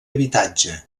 habitatge